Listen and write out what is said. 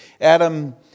Adam